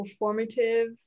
performative